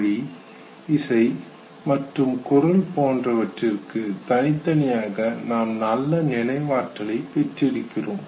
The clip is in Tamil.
மொழி இசை மற்றும் குரல் போன்றவற்றிற்கு தனித்தனியாக நாம் நல்ல நினைவாற்றலை பெற்றிருக்கிறோம்